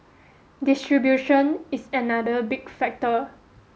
distribution is another big factor